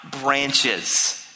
branches